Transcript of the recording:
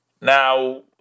Now